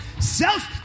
Self